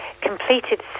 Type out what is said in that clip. completed